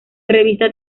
revista